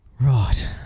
Right